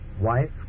wife